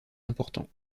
importants